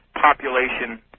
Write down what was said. population